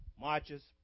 Marches